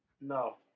No